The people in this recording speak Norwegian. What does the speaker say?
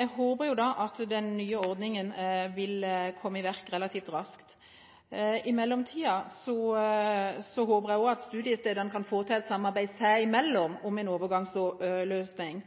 Jeg håper at den nye ordningen vil settes i verk relativt raskt. I mellomtiden håper jeg også at studiestedene kan få til et samarbeid seg imellom om en overgangsløsning.